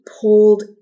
pulled